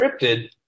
scripted